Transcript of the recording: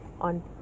on